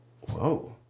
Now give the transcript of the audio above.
whoa